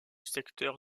secteur